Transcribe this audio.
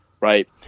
right